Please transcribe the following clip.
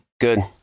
Good